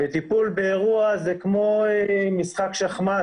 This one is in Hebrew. טיפול באירוע הוא כמו משחק שחמט,